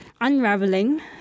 unraveling